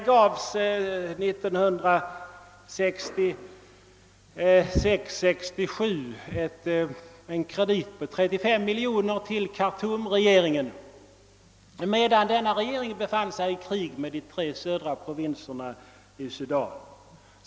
Till Khartumregeringen gav vi för 1966/67 en kredit på 35 miljoner kronor medan denna regering befann sig i krig med de tre södra provinserna i Sudan.